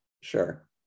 Sure